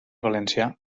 valencià